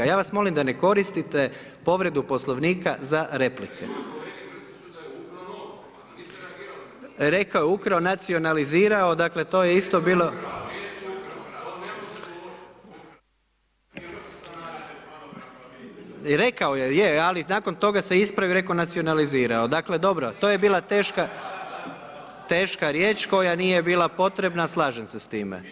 Ja vas molim da ne koristite povredu Poslovnika za replike. … [[Upadica sa strane, ne razumije se.]] Rekao je, ukrao je, nacionalizirao, dakle to je isto bilo …… [[Upadica sa strane, ne razumije se.]] Rekao je, je, ali nakon toga se ispravio i rekao nacionalizirao, dakle to je bila teška riječ koja nije bila potrebna, slažem se s time.